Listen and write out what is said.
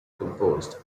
composed